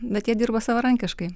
bet jie dirba savarankiškai